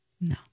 No